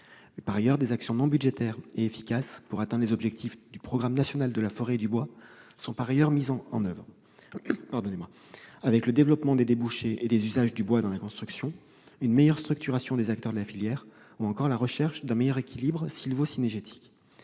Gouvernement. Des actions non budgétaires et efficaces pour atteindre les objectifs du programme national de la forêt et du bois, telles que le développement des débouchés et des usages du bois dans la construction, une meilleure structuration des acteurs de la filière ou encore la recherche d'un meilleur équilibre sylvo-cynégétique,